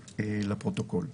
לפרוטוקול.